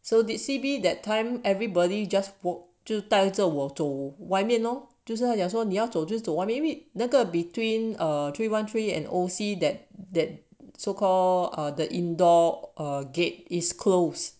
so did C_B that time everybody just poke 就带着我走外面 lor 就算讲说你要你要走外面因为那个 between uh three one three and O_C that that so call uh the indoor gate is closed